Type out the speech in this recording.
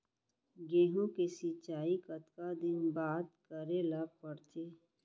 गेहूँ के सिंचाई कतका दिन बाद करे ला पड़थे?